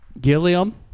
Gilliam